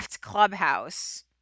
clubhouse